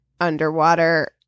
underwater